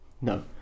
No